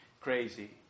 crazy